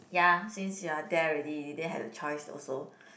ya since you are there already you didn't have the choice also